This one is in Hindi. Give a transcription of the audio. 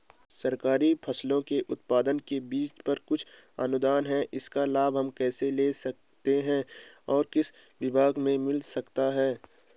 सरकारी फसलों के उत्पादन के लिए बीज पर कुछ अनुदान है इसका लाभ हम कैसे ले सकते हैं और किस विभाग से मिल सकता है?